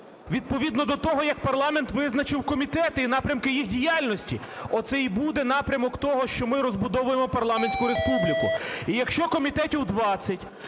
відповідно до того, як парламент визначив комітети і напрямки їх діяльності. Оце і буде напрямок того, що ми розбудовуємо парламентську республіку. І якщо комітетів 20,